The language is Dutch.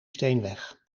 steenweg